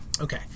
Okay